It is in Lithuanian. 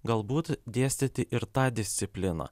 galbūt dėstyti ir tą discipliną